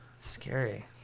Scary